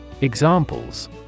examples